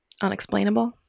Unexplainable